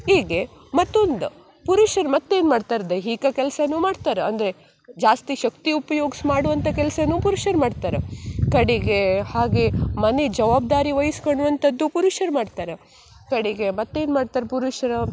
ಈಗ ಮತ್ತೊಂದು ಪುರುಷರು ಮತ್ತೇನು ಮಾಡ್ತಾರೆ ದೈಹಿಕ ಕೆಲಸನೂ ಮಾಡ್ತಾರೆ ಅಂದರೆ ಜಾಸ್ತಿ ಶಕ್ತಿ ಉಪ್ಯೋಗ್ಸಿ ಮಾಡುವಂಥ ಕೆಲಸನೂ ಪುರುಷರು ಮಾಡ್ತಾರ ಕಡೆಗೆ ಹಾಗೆ ಮನೆ ಜವಾಬ್ದಾರಿ ವೈಸ್ಕಳುವಂಥದ್ದು ಪುರುಷರು ಮಾಡ್ತಾರ ಕಡೆಗೆ ಮತ್ತೇನು ಮಾಡ್ತಾರೆ ಪುರುಷ್ರು